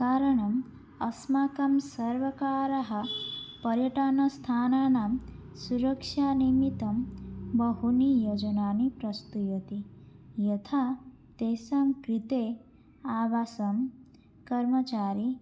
कारणम् अस्माकं सर्वकारः पर्यटनस्थानानां सुरक्षा निमित्तं बहूनि योजनानि प्रस्तौति यथा तेषां कृते आवासं कर्मचारि